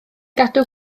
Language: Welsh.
gadw